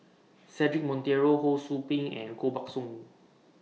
Cedric Monteiro Ho SOU Ping and Koh Buck Song